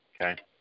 okay